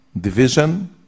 division